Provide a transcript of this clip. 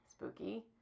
Spooky